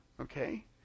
okay